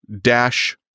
dash